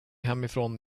hemifrån